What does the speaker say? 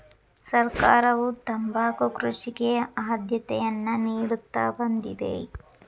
ಸರ್ಕಾರವು ತಂಬಾಕು ಕೃಷಿಗೆ ಆದ್ಯತೆಯನ್ನಾ ನಿಡುತ್ತಾ ಬಂದಿದೆ